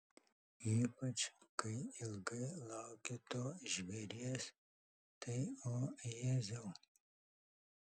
ypač kai ilgai lauki to žvėries tai o jėzau